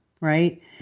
right